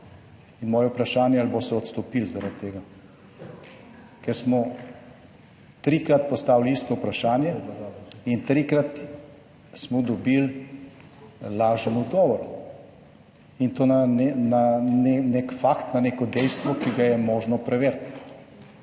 In moje vprašanje, ali boste odstopili zaradi tega? Ker smo trikrat postavili isto vprašanje in trikrat smo dobili lažen odgovor in to na nek fakt, na neko dejstvo, ki ga je možno preveriti.